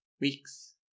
weeks